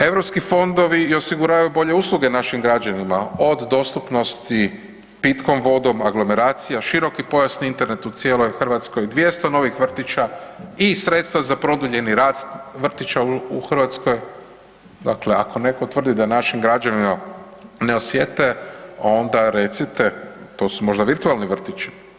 Europski fondovi i osiguravaju bolje usluge našim građanima od dostupnosti pitkom vodom, aglomeracija, široki pojasni Internet u cijeloj Hrvatskoj, 200 novih vrtića i sredstva za produljeni rad vrtića u Hrvatskoj, dakle ako netko tvrdi da naši građani ne osjete onda recite to su možda virtualni vrtići.